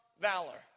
valor